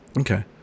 Okay